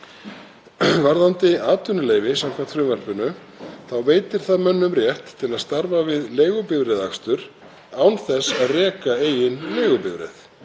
Varðandi atvinnuleyfi samkvæmt frumvarpinu þá veitir það mönnum rétt til að starfa við leigubifreiðaakstur án þess að reka eigin leigubifreið.